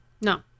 No